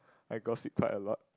I gossip quite a lot